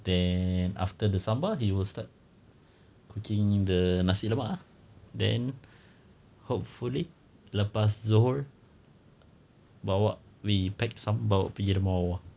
then after the sambal he will start cooking the nasi lemak ah then hopefully lepas zohor bawa we pack some bawa pergi rumah bawah